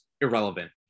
irrelevant